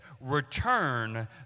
Return